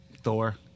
Thor